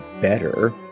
better